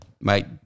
Mate